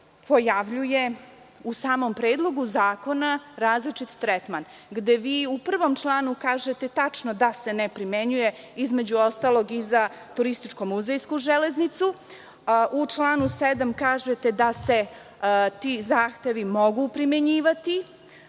pojavljuje u samom Predlogu zakona različit tretman, gde vi u prvom članu kažete tačno da se ne primenjuje između ostalog i za turističko-muzejsku železnicu, a u članu 7. kažete da se ti zahtevi mogu primenjivati. Pošto